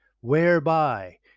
whereby